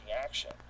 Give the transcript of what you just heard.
action